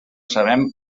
sabem